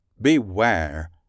beware